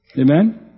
Amen